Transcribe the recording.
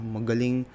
Magaling